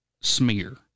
smear